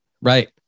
Right